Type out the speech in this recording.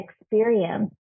experience